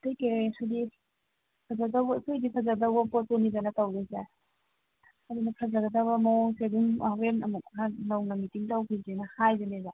ꯑꯇꯩ ꯐꯖꯗꯧꯕ ꯑꯩꯈꯣꯏꯗꯤ ꯐꯖꯗꯧꯕ ꯄꯣꯠꯇꯨꯅꯤꯗꯅ ꯇꯧꯗꯣꯏꯁꯦ ꯑꯗꯨꯅ ꯐꯖꯒꯗꯕ ꯃꯑꯣꯡꯁꯦ ꯑꯗꯨꯝ ꯍꯣꯔꯦꯟ ꯑꯃꯨꯛꯈꯔ ꯅꯧꯅ ꯃꯤꯇꯤꯡ ꯇꯧꯈꯤꯁꯦꯅ ꯍꯥꯏꯕꯅꯦꯕ